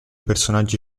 personaggi